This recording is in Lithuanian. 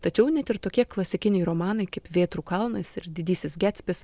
tačiau net ir tokie klasikiniai romanai kaip vėtrų kalnas ir didysis getsbis